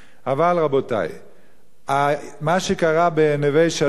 מה שקרה בנווה-שלום הוא דבר מזעזע.